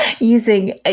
using